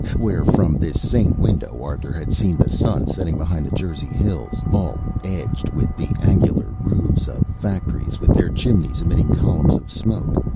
where, from this same window arthur had seen the sun setting behind the jersey hills, all edged with the angular roofs of factories, with their chimneys emitting columns of smoke,